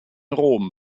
rom